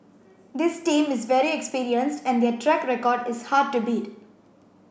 this team is very experienced and their track record is hard to beat